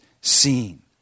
seen